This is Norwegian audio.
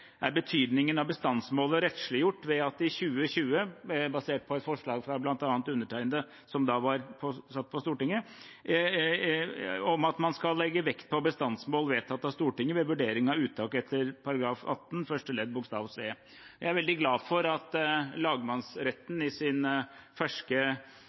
er betydningen av bestandsmålet rettsliggjort ved at det i 2020 – basert på et forslag fra bl.a. undertegnede, som da satt på Stortinget – ble vedtatt av Stortinget at man skal legge vekt på bestandsmål ved vurdering av uttak etter § 18 første ledd bokstav c. Jeg er veldig glad for at lagmannsretten i sin ferske